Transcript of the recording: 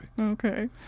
Okay